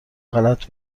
غلط